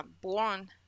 born